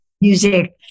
Music